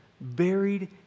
buried